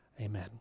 Amen